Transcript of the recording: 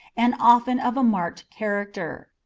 and often of a marked character.